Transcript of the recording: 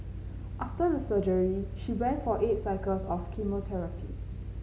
after the surgery she went for eight cycles of chemotherapy